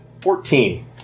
Fourteen